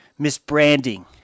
Misbranding